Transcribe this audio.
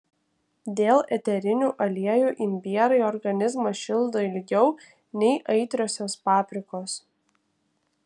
dėl eterinių aliejų imbierai organizmą šildo ilgiau nei aitriosios paprikos